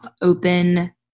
open